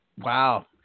wow